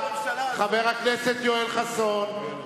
חבר הכנסת יואל חסון,